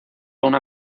una